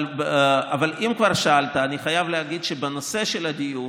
אבל אם כבר שאלת, אני חייב להגיד שבנושא של הדיור